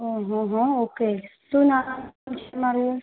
હંહંહ okay શું નામ છે તમારું